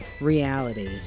reality